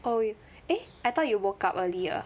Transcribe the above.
oh you eh I thought you woke up earlier